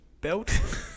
Belt